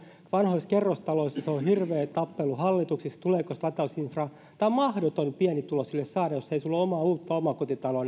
vanhoissa kerrostaloissa on hirveä tappelu hallituksissa siitä tuleeko sitä latausinfraa on mahdotonta pienituloisilla saada sitä latauspistettä sille sähköautolle jos ei ole omaa uutta omakotitaloa